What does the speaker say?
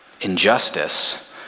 injustice